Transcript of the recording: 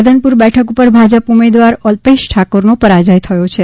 રાધનપુર બેઠક ઊપર ભાજપ ઊમેદવાર અલ્પેશ ઠાકોરનો પરાજ્ય થયો છે